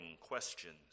questions